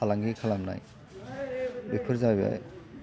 फालांगि खालामनाय बेफोर जाहैबाय